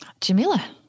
Jamila